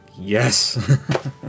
yes